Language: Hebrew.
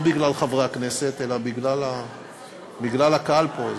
לא בגלל חברי הכנסת אלא בגלל הקהל פה.